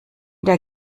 der